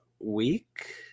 week